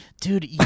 Dude